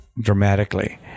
dramatically